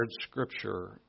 Scripture